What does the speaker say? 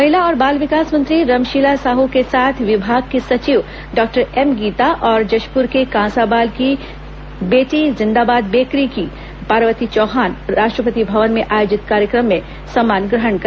महिला और बाल विकास मंत्री रमशीला साह के साथ विभाग की सचिव डॉ एमगीता और जशप्र के कांसाबेल की बेटी जिंदाबाद बेकरी की पार्वती चौहान ने राष्ट्रपति भवन में आयोजित कार्यक्रम में सम्मान ग्रहण किया